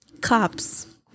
cops